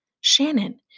Shannon